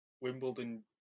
Wimbledon